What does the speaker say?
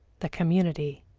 the community.